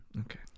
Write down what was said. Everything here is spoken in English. Okay